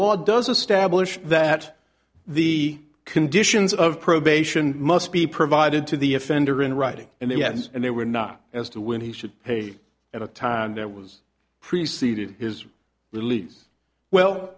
law does a stab that the conditions of probation must be provided to the offender in writing and yes and they were not as to when he should pay at a time that was preceded his release well